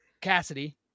Cassidy